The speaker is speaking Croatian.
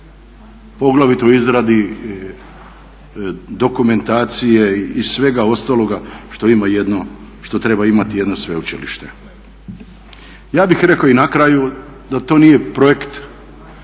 poglavito u izradi dokumentacije i svega ostaloga što ima jedno, što treba imati jedno sveučilište. Ja bih rekao i na kraju da to nije projekt